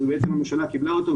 שהממשלה קיבלה אותו,